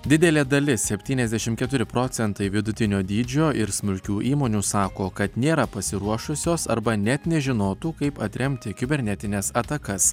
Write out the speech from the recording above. didelė dalis septyniasdešim keturi procentai vidutinio dydžio ir smulkių įmonių sako kad nėra pasiruošusios arba net nežinotų kaip atremti kibernetines atakas